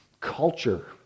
culture